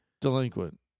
delinquent